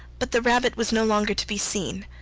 but the rabbit was no longer to be seen